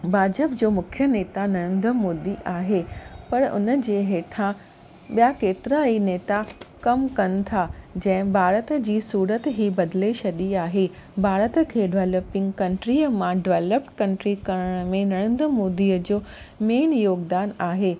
भाजप जो मुख्य नेता नरेंद्र मोदी आहे पर उन जे हेठां ॿिया केतिरा ई नेता कमु कनि था जंहिं भारत जी सूरत ई बदिले छॾी आहे भारत खे ड्वैलपिंग कंटरीअ मां ड्वैलप्ड कंट्री करण में नरेंद्र मोदीअ जो मेन योगदानु आहे